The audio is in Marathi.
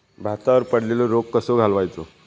भातावर पडलेलो रोग कसो घालवायचो?